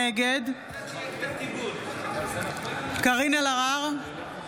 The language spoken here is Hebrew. נגד קארין אלהרר,